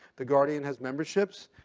the guardian has memberships.